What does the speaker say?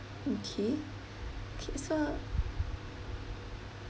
okay okay so